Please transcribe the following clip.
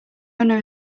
owner